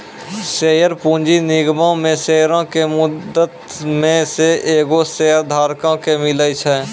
share पूंजी निगमो मे शेयरो के मुद्दइ मे से एगो शेयरधारको के मिले छै